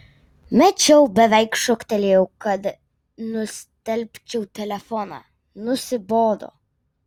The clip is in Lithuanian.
mečiau beveik šūktelėjau kad nustelbčiau telefoną nusibodo